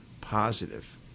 positive